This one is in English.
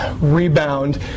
rebound